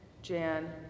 Jan